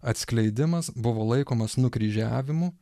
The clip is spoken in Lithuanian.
atskleidimas buvo laikomas nukryžiavimu